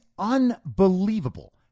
unbelievable